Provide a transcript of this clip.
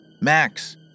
Max